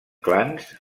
clans